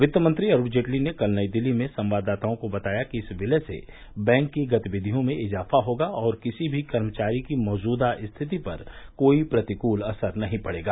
वित्तमंत्री अरूण जेटली ने कल नई दिल्ली में संवाददाताओं को बताया कि इस विलय से बैंक की गतिविधियों में इजाफा होगा और किसी भी कर्मचारी की मौजूदा स्थिति पर कोई प्रतिकूल असर नहीं पड़ेगा